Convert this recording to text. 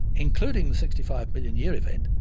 including the sixty five million year event,